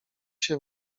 się